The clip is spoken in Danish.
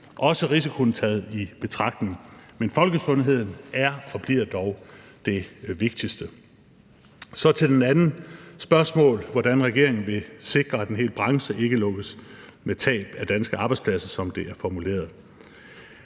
også risikoen taget i betragtning. Men folkesundheden er og bliver dog det vigtigste. Så til det andet spørgsmål om, hvordan regeringen vil sikre, at en hel branche ikke lukkes med tab af danske arbejdspladser, som det er formuleret.